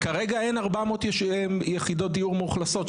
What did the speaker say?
כי כרגע אין 400 יחידות דיור מאוכלסות,